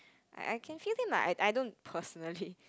I I can feel him lah I don't personally